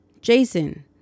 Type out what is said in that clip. Jason